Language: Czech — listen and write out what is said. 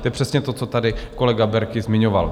To je přesně to, co tady kolega Berki zmiňoval.